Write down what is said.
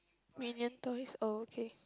Minion toys oh okay